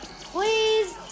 Please